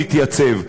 מתייצב.